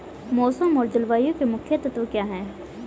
मौसम और जलवायु के मुख्य तत्व क्या हैं?